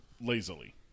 lazily